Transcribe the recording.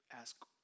ask